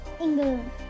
England